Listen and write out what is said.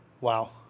Wow